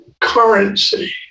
currency